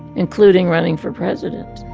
including running for president